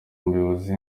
umuyobozi